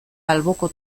alboko